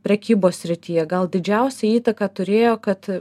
prekybos srityje gal didžiausią įtaką turėjo kad